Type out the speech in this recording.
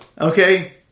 okay